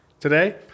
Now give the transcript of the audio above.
today